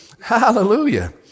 Hallelujah